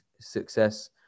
success